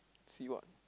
see what